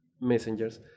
messengers